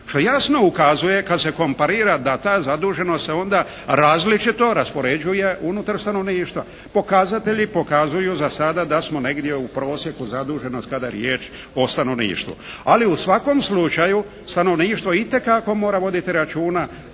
što jasno ukazuje kad se komparira da ta zaduženost se onda različito raspoređuje unutar stanovništva. Pokazatelji pokazuju za sada da smo negdje u prosjeku zaduženost kada je riječ o stanovništvu, ali u svakom slučaju stanovništvo itekako mora voditi računa